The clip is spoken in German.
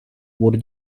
wurde